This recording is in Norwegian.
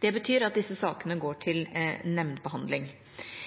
Det betyr at disse sakene går